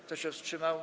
Kto się wstrzymał?